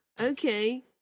Okay